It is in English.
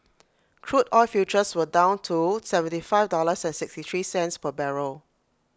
crude oil futures were down to seventy five dollars and sixty three per barrel